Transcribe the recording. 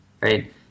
right